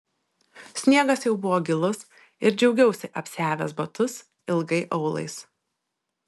sniegas jau buvo gilus ir džiaugiausi apsiavęs batus ilgai aulais